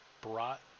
brought